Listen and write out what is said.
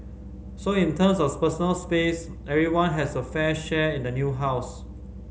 so in terms of personal space everyone has a fair share in the new house